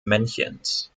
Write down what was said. männchens